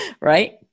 Right